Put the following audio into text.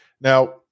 Now